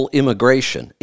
immigration